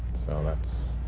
so that's